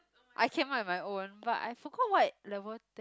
I came up with my own but I forgot what level